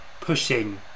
pushing